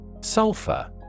Sulfur